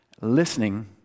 Listening